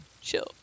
chill